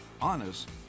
honest